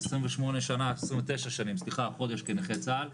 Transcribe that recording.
29 שנים כנכה צה"ל,